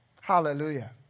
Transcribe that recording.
Hallelujah